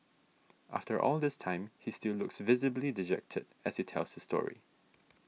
after all this time he still looks visibly dejected as he tells this story